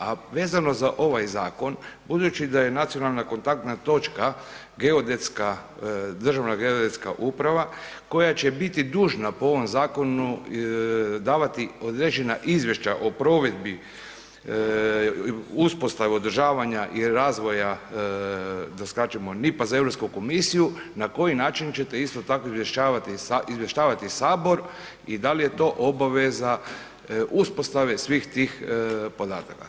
A vezano za ovaj zakon, budući da je nacionalna kontaktna točka Državna geodetska uprava koja će biti dužna po ovom zakonu davati određena izvješća o provedbi uspostave održavanja i razvoja, da skratimo NIP-a za Europsku komisiju, na koji način ćete isto tako izvještavati Sabor i da li je to obaveza uspostave svih tih podataka?